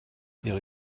ihre